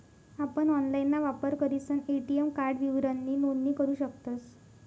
आपण ऑनलाइनना वापर करीसन ए.टी.एम कार्ड विवरणनी नोंदणी करू शकतस